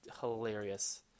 hilarious